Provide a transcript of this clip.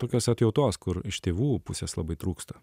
tokios atjautos kur iš tėvų pusės labai trūksta